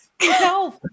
no